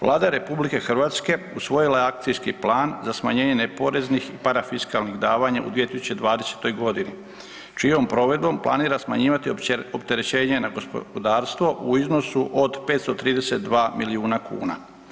Vlada RH usvojila je akcijski plan za smanjenje poreznih i parafiskalnih davanja u 2020. godini čijom provedbom planira smanjivati opterećenje na gospodarstvo u iznosu od 532 milijuna kuna.